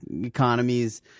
economies